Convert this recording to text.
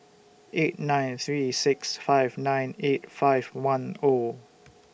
eight nine three six five nine eight five one O